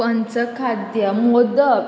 पंचखाद्य modak